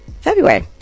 February